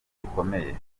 gikomeye